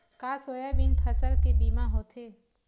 का सोयाबीन फसल के बीमा होथे?